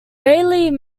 raleigh